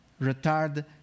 retard